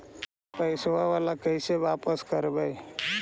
पैसा बाला कैसे बापस करबय?